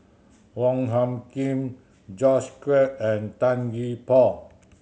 Wong Hung Khim George Quek and Tan Gee Paw